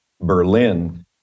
Berlin